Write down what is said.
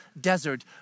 desert